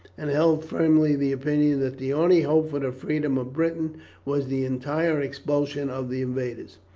and held firmly the opinion that the only hope for the freedom of britain was the entire expulsion of the invaders.